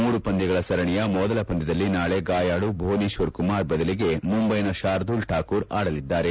ಮೂರು ಪಂದ್ಲಗಳ ಸರಣಿಯ ಮೊದಲ ಪಂದ್ಲದಲ್ಲಿ ನಾಳೆ ಗಾಯಾಳು ಭುವನೇಶ್ವರ್ ಕುಮಾರ್ ಬದಲಿಗೆ ಮುಂಬೈನ ಶಾರ್ದುಲ್ ಠಾಕೂರ್ ಆಡಲಿದ್ದಾರೆ